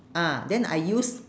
ah then I use